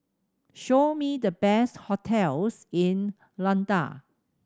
show me the best hotels in Luanda